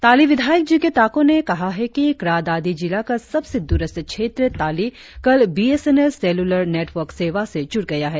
ताली विधायक जिक्के ताकों ने कहा है कि क्रा दादी जिला का सबसे द्ररस्थ क्षेत्र ताली कल B S N L cellular network सेवा से जुड़ गया है